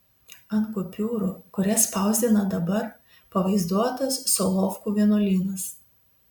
ant kupiūrų kurias spausdina dabar pavaizduotas solovkų vienuolynas